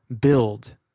build